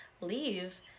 leave